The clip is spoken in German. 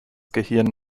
gehirn